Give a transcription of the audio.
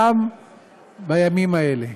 גם בימים האלה,